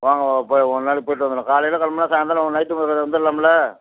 வாங்க போய் ஒரு நாளைக்கு போயிவிட்டு வந்துர்லாம் காலையில் கிளம்புனா சாய்ந்தரம் நைட்டு வந்துர்லாம்ல